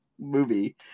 movie